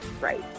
Right